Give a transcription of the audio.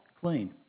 clean